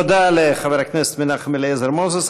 תודה לחבר הכנסת מנחם אליעזר מוזס.